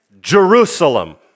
Jerusalem